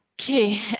Okay